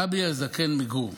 הרבי הזקן מגור,